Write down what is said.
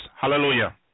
Hallelujah